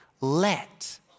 let